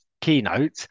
keynote